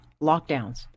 lockdowns